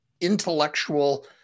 intellectual